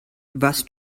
was